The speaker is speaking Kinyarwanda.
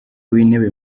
w’intebe